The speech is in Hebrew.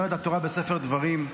אומרת התורה בספר דברים: